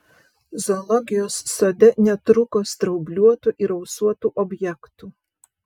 zoologijos sode netrūko straubliuotų ir ausuotų objektų